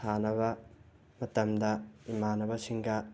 ꯁꯥꯟꯅꯕ ꯃꯇꯝꯗ ꯏꯃꯥꯟꯅꯕꯁꯤꯡꯒ